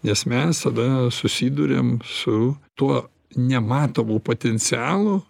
nes mes tada susiduriam su tuo nematomu potencialu